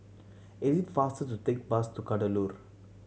it is faster to take bus to Kadaloor